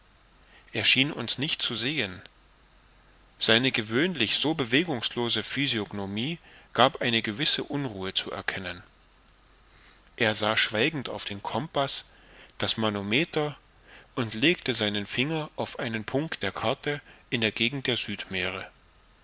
er schien uns nicht zu sehen seine gewöhnlich so bewegungslose physiognomie gab eine gewisse unruhe zu erkennen er sah schweigend auf den compaß das manometer und legte seinen finger auf einen punkt der karte in der gegend der